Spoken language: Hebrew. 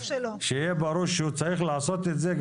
שיהיה ברור שהוא צריך לעשות את זה,